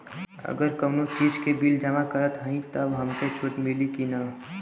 अगर कउनो चीज़ के बिल जमा करत हई तब हमके छूट मिली कि ना?